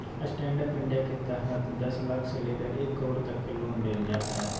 stand up India के तहत दस लाख से लेकर एक करोड़ तक के लोन देल जा हइ